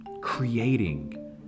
creating